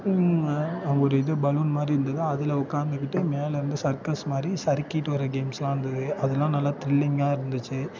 அங்கே ஒரு இது பலூன் மாதிரி இருந்தது அதில் உட்காந்துக்கிட்டு மேலே இருந்து சர்க்கஸ் மாதிரி சரிக்கிட்டு வர கேம்ஸ்லாம் இருந்தது அதலாம் நல்லா திரில்லிங்காக இருந்துச்சு